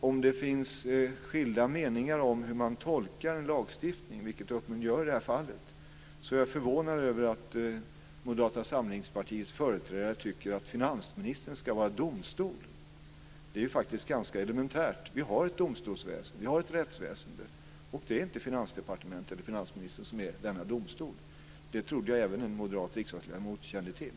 Om det finns skilda meningar om hur man tolkar en lagstiftning, vilket det uppenbarligen gör i det här fallet, är jag förvånad över att Moderata samlingspartiets företrädare tycker att finansministern ska vara domstol. Det är faktiskt ganska elementärt. Vi har ett domstolsväsende. Vi har ett rättsväsende. Det är inte Finansdepartementet eller finansministern som är denna domstol. Det trodde jag att även en moderat riksdagsledamot kände till.